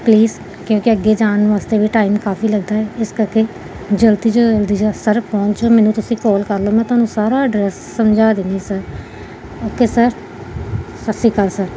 please ਕਿਉਂਕਿ ਅੱਗੇ ਜਾਣ ਵਾਸਤੇ ਵੀ ਟਾਈਮ ਕਾਫ਼ੀ ਲੱਗਦਾ ਹੈ ਇਸ ਕਰਕੇ ਜਲਦੀ ਤੋਂ ਜਲਦੀ ਸਰ ਪਹੁੰਚੋ ਮੈਨੂੰ ਤੁਸੀਂ ਕੋਲ ਕਰ ਲਓ ਮੈਂ ਤੁਹਾਨੂੰ ਸਾਰਾ ਐਡਰੈਸ ਸਮਝਾ ਦਿੰਦੀ sir okay sir Sat Sri Akal sir